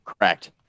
correct